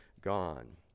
gone